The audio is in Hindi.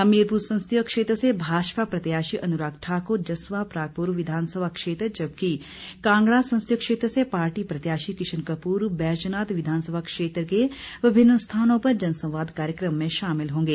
हमीरपुर संसदीय क्षेत्र से भाजपा प्रत्याशी अनुराग ठाकर जसवां परागप्र विधानसभा क्षेत्र जबकि कांगड़ा संसदीय क्षेत्र से पार्टी प्रत्याशी किशन कपूर बैजनाथ विधानसभा क्षेत्र के विभिन्न स्थानों पर जनसंवाद कार्यक्रम में शामिल होंगे